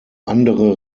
andere